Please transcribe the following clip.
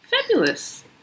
fabulous